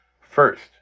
First